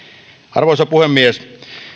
arvoisa puhemies